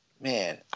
Man